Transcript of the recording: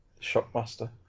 Shockmaster